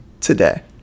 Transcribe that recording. today